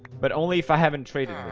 but only if i haven't traded